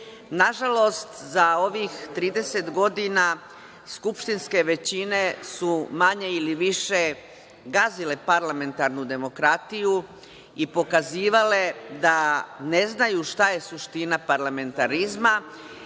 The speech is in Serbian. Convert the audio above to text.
Nažalost za ovih 30 godina skupštinske većine su manje ili više gazile parlamentarnu demokratiju i pokazivale da ne znaju šta je suština parlamentarizma